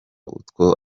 utwo